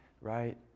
right